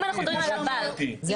אני